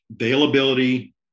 availability